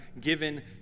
given